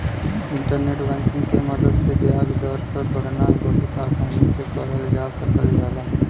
internet banking के मदद से ब्याज दर क गणना बहुत आसानी से करल जा सकल जाला